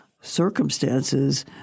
circumstances